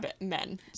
men